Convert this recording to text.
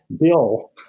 Bill